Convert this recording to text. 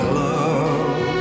love